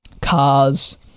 cars